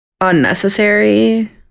unnecessary